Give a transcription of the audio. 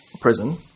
prison